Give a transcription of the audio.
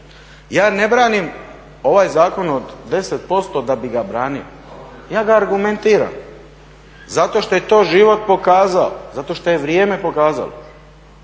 Ja ne branim ovaj zakon od 10% da bi ga branio, ja ga argumentiram zato što je to život pokazao, zato što je vrijeme pokazalo.